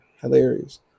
Hilarious